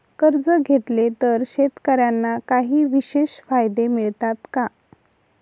कर्ज घेतले तर शेतकऱ्यांना काही विशेष फायदे मिळतात का?